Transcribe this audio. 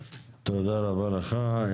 תודה רבה לך.